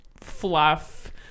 fluff